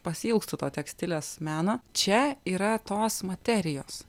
pasiilgstu to tekstilės meno čia yra tos materijos